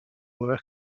were